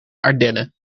ardennen